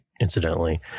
incidentally